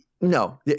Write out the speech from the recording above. no